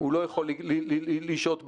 הוא לא יכול לשהות בארץ.